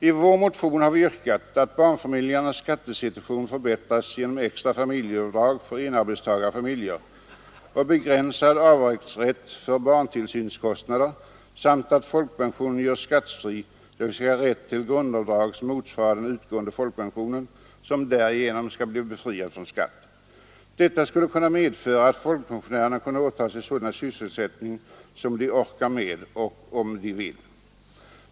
I vår motion har vi yrkat att barnfamiljernas skattesituation skall förbättras genom extra familjeavdrag för enarbetstagarfamiljer och begränsad avdragsrätt för barntillsynskostnader samt att folkpensionen görs skattefri, dvs. att rätt till grundavdrag som motsvarar den utgående folkpensionen införes. Folkpensionen blir därigenom fri från skatt. Detta skulle medföra att folkpensionärerna kunde åta sig sådan sysselsättning som de vill ha och som de orkar med.